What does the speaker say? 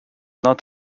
not